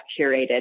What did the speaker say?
curated